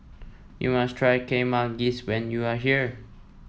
you must try Kuih Manggis when you are here